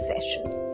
session